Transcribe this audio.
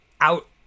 out